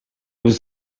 was